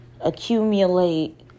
Accumulate